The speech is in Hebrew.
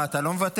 מה, אתה לא מוותר?